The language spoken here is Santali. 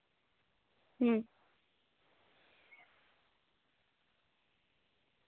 ᱦᱩᱸ